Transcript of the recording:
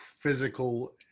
physical